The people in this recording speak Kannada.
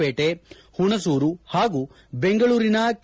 ಪೇಟೆ ಹುಣಸೂರು ಹಾಗೂ ಬೆಂಗಳೂರಿನ ಕೆ